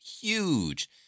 huge